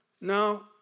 Now